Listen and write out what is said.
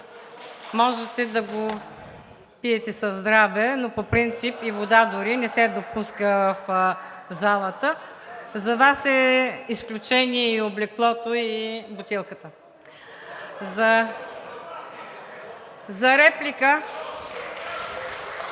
Можете да го пиете със здраве, но по принцип и вода дори не се допуска в залата. За Вас е изключение и облеклото, и бутилката. (Шум и реплики.)